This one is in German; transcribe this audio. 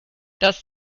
das